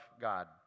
God